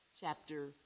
chapter